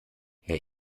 herr